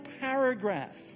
paragraph